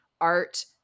art